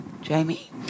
Jamie